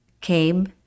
came